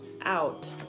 out